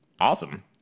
awesome